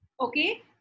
Okay